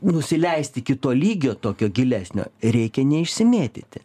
nusileist iki to lygio tokio gilesnio reikia neišsimėtyti